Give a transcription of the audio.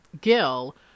Gil